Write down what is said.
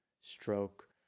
stroke